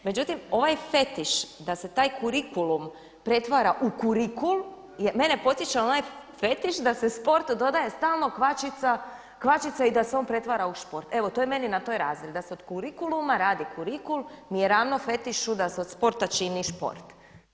Međutim ovaj fetiš da se taj kurikulum pretvara u kurikul, mene podsjeća na onaj fetiš da se sportu dodaje stalno kvačica i da se on pretvara u šport, evo to je meni na toj razini, da se od kurikuluma radi kurikul mi je ravno fetišu da se od sporta čini šport.